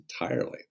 entirely